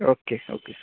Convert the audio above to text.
okay okay